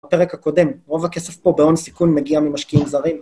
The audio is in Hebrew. בפרק הקודם, רוב הכסף פה בהון סיכון מגיע ממשקיעים זרים.